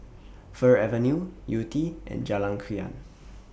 Fir Avenue Yew Tee and Jalan Krian